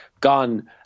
gone